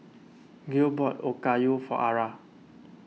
Gil bought Okayu for Ara